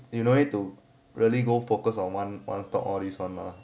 you don't need to really go focus on one one stock all this [one] mah